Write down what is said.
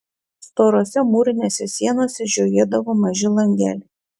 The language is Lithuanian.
storose mūrinėse sienose žiojėdavo maži langeliai